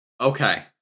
Okay